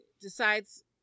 decides